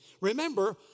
Remember